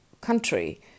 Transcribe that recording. country